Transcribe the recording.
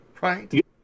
Right